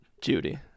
Judy